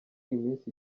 iminsi